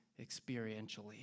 experientially